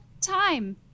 time